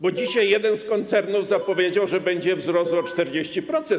Bo dzisiaj jeden z koncernów zapowiedział, że będzie wzrost o 40%.